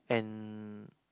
and